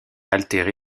altéré